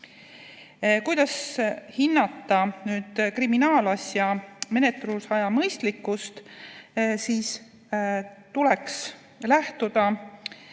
Kuidas hinnata kriminaalasja menetlusaja mõistlikkust? Tuleks lähtuda